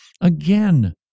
Again